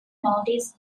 notice